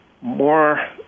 more